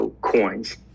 coins